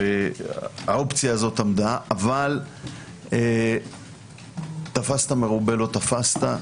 האופציה הזו עמדה, אבל תפסת מרובה - לא תפסת.